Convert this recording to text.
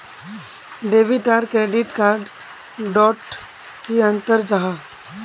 Debit आर credit card डोट की अंतर जाहा?